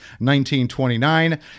1929